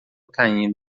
caindo